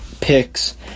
picks